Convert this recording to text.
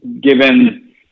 given